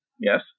Yes